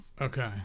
Okay